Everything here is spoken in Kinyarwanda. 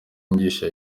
inyigisho